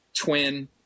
Twin